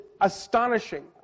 astonishing